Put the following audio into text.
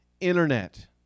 internet